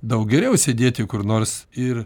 daug geriau sėdėti kur nors ir